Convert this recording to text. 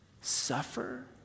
Suffer